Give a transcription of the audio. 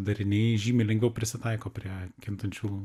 dariniai žymiai lengviau prisitaiko prie kintančių